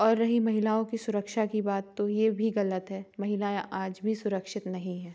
और रही महिलाओं की सुरक्षा की बात तो ये भी गलत है महिलाएं आज भी सुरक्षित नहीं हैं